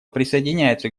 присоединяется